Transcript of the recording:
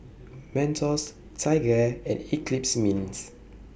Mentos TigerAir and Eclipse Mints